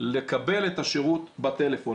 לקבל את השירות בטלפון.